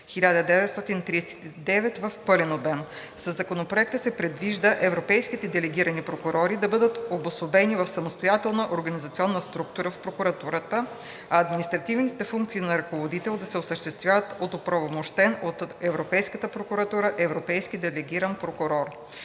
2017/1939 в пълен обем. Със Законопроекта се предвижда европейските делегирани прокурори да бъдат обособени в самостоятелна организационна структура в прокуратурата, а административните функции на ръководител да се осъществяват от оправомощен от Европейската прокуратура европейски делегиран прокурор.